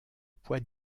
poids